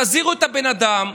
תזהירו את הבן אדם,